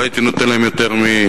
לא הייתי נותן להם יותר מ-38.